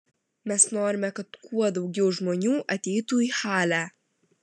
mes norime kad kuo daugiau žmonių ateitų į halę